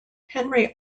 henry